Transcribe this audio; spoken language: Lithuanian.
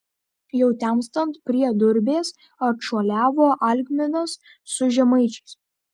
jau temstant prie durbės atšuoliavo algminas su žemaičiais